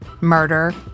murder